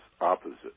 opposite